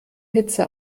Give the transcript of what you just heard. hitze